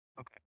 Okay